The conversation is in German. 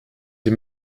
sie